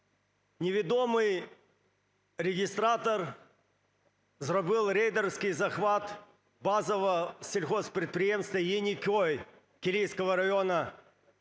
Невідомий реєстратор зробив рейдерський захват базового сільгосппідприємства "Єнікіой" Кілійського району